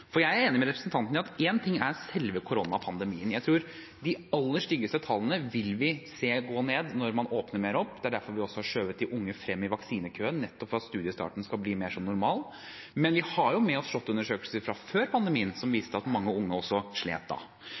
Jeg er enig med representanten i at én ting er selve koronapandemien, jeg tror de aller styggeste tallene vil vi se går ned når man åpner mer opp. Det er derfor vi også har skjøvet de unge fram i vaksinekøen, nettopp for at studiestarten skal bli mer som normalt. Men vi har med oss SHoT-undersøkelser fra før pandemien som viste at mange unge slet også da.